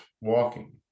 walking